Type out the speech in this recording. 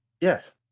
Yes